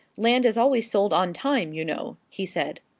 land is always sold on time, you know, he said.